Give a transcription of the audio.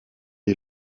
est